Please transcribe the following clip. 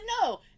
no